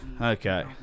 okay